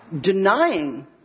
denying